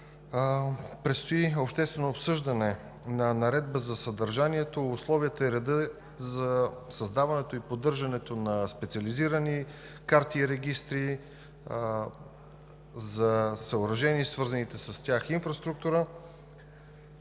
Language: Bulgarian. Предстои обществено обсъждане на Наредба за съдържанието, условията и реда за създаването и поддържането на специализирани карти и регистри, за съоръжения и свързаната с тях инфраструктура.